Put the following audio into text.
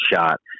shot